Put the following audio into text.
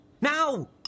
Now